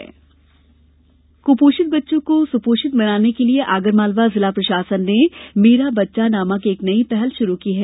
कुपोषण कुपोषित बच्चों को सुपोषित बनाने के लिए आगरमालवा जिला प्रशासन ने मेरा बच्चा नामक एक नई पहल की गई है